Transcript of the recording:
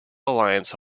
alliance